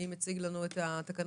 מי מציג לנו את התקנות?